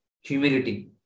humility